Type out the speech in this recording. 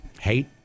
Hate